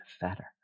fatter